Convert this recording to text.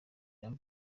jean